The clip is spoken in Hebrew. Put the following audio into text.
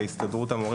הסתדרות המורים,